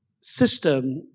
system